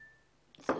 בעבר.